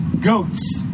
goats